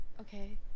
Okay